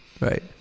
right